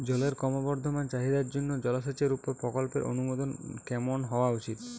জলের ক্রমবর্ধমান চাহিদার জন্য জলসেচের উপর প্রকল্পের অনুমোদন কেমন হওয়া উচিৎ?